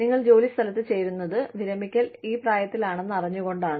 നിങ്ങൾ ജോലിസ്ഥലത്ത് ചേരുന്നത് വിരമിക്കൽ ഈ പ്രായത്തിലാണെന്ന് അറിഞ്ഞുകൊണ്ട് ആണ്